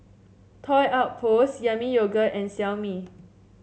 Toy Outpost Yami Yogurt and Xiaomi